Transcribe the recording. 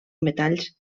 metalls